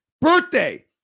birthday